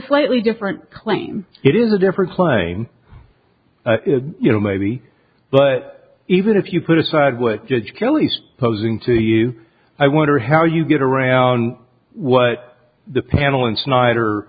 slightly different claim it is a different plane you know maybe but even if you put aside what judge kelly's posing to you i wonder how you get around what the panel in snyder